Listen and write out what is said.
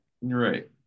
Right